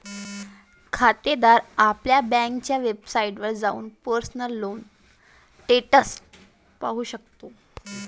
खातेदार आपल्या बँकेच्या वेबसाइटवर जाऊन पर्सनल लोन स्टेटस पाहू शकतो